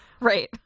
Right